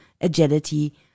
agility